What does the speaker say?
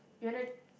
you wanna